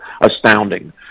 astounding